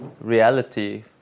reality